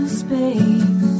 space